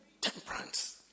Temperance